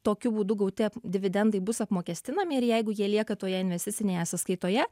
tokiu būdu gauti ap dividendai bus apmokestinami ir jeigu jie lieka toje investicinėje sąskaitoje